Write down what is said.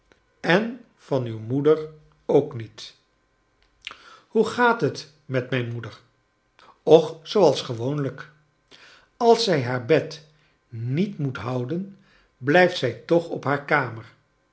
en van uw moeder ook niet hoc gaat het met mijn moeder och zooals gewoonlijk als zij haar bed niet moet houden blijft zij toch op haar kamer